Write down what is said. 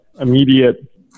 immediate